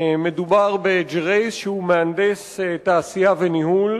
מדובר בג'רייס, שהוא מהנדס תעשייה וניהול,